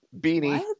Beanie